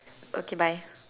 okay bye